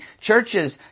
Churches